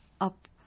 up